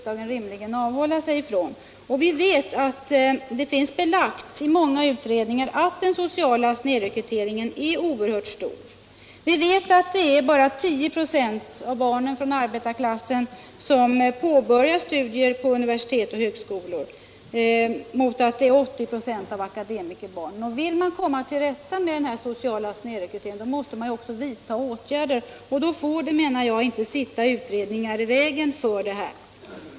Det finns belagt i många utredningar att den sociala snedrekryteringen är oerhört stor. Vi vet att det bara är 10 96 av barnen från arbetarklassen som påbörjar studier vid universitet och högskolor, medan det är 80 96 av akademikerbarnen. Vill man komma till rätta med denna sociala snedrekrytering, så måste man också vidta åtgärder. Då får det, menar jag, inte sitta utredningar i vägen för detta.